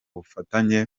bafatanya